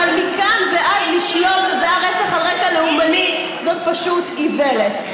אבל מכאן ועד לשלול שזה היה רצח על רקע לאומני זו פשוט איוולת,